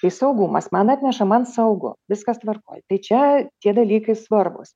tai saugumas man atneša man saugu viskas tvarkoj tai čia tie dalykai svarbūs